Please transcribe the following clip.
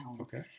Okay